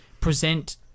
present